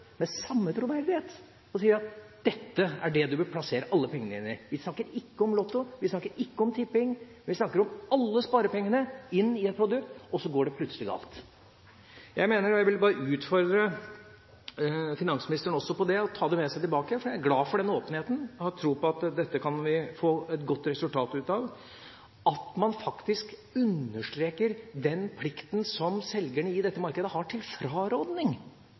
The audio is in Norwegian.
med samme troverdighet og sier at dette er det du bør plassere alle pengene dine i. Vi snakker ikke om lotto, vi snakker ikke om tipping, vi snakker om alle sparepengene inn i et produkt, og så går det plutselig galt. Jeg vil utfordre finansministeren også på det og ta det med seg tilbake – for jeg er glad for åpenheten og har tro på at dette kan vi få et godt resultat ut av – at man faktisk understreker den plikten som selgeren i dette markedet har til frarådning,